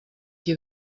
qui